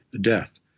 death